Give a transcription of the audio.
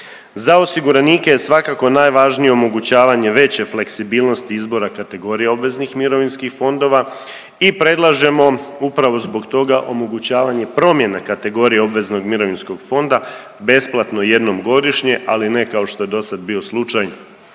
Za osiguranike je svakako najvažnije omogućavanje veće fleksibilnosti izbora kategorija obveznih mirovinskih fondova i predlažemo upravo zbog toga omogućavanje promjene kategorije obveznog mirovinskog fonda besplatno jednom godišnje, ali ne kao što je do sad bio slučaj